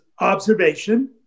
observation